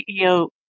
CEO